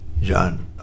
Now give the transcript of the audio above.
John